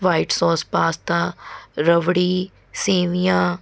white sauce pasta rabri ਸੇਵੀਆਂ